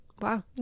wow